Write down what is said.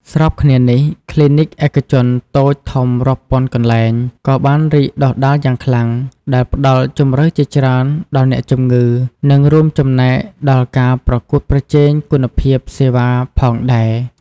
ស្របគ្នានេះ គ្លីនិកឯកជនតូចធំរាប់ពាន់កន្លែងក៏បានរីកដុះដាលយ៉ាងខ្លាំង ដែលផ្តល់ជម្រើសជាច្រើនដល់អ្នកជំងឺ និងរួមចំណែកដល់ការប្រកួតប្រជែងគុណភាពសេវាផងដែរ។